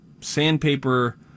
sandpaper